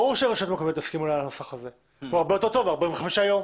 ברור שרשות מקומית תסכים לנוסח הזה כי הוא הרבה יותר טוב מ-45 ימים.